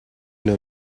know